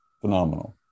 Phenomenal